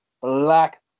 Black